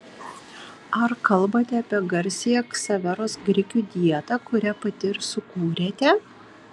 ar kalbate apie garsiąją ksaveros grikių dietą kurią pati ir sukūrėte